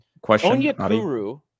Question